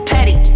Petty